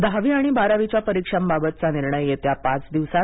दहावी आणि बारावीच्या परिक्षांबाबतचा निर्णय येत्या पाच दिवसात